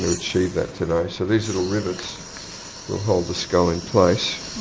achieve that today. so these little rivets will hold the skull in place.